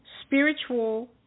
spiritual